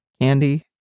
Candy